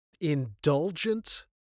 indulgent